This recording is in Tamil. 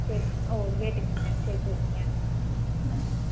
சரிங்க ஓ கேட்டுக்காங்க சரி சரிங்க ம்